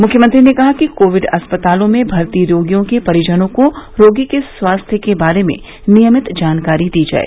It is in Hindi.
मुख्यमंत्री ने कहा कि कोविड अस्पतालों में भर्ती रोगियों के परिजनों को रोगी के स्वास्थ्य के बारे में नियमित जानकारी दी जाए